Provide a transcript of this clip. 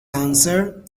answered